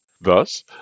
Thus